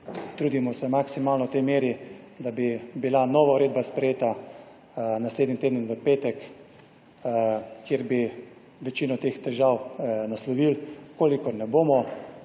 Trudimo se maksimalno v tej meri, da bi bila nova uredba sprejeta naslednji teden v petek, kjer bi večino teh težav naslovili. V kolikor ne bomo,